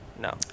No